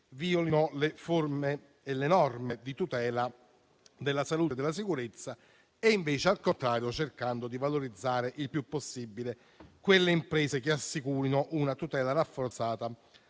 violino le forme previste dalle norme a tutela della salute e della sicurezza, cercando al contrario di valorizzare il più possibile le imprese che assicurino una tutela rafforzata